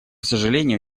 сожалению